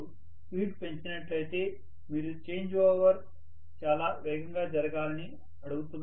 మీరు స్పీడ్ పెంచినట్లయితే మీరు చేంజ్ ఓవర్ చాలా వేగంగా జరగాలని అడుగుతున్నారని అర్థం